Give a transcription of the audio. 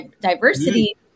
diversity